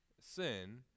sin